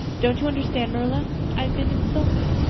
don't you understand, marilla? i've been insulted.